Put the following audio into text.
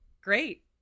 great